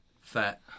fat